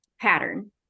pattern